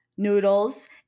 Noodles